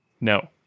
No